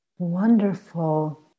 Wonderful